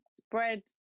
spread